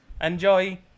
Enjoy